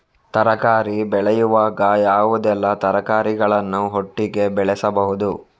ತರಕಾರಿ ಬೆಳೆಯುವಾಗ ಯಾವುದೆಲ್ಲ ತರಕಾರಿಗಳನ್ನು ಒಟ್ಟಿಗೆ ಬೆಳೆಸಬಹುದು?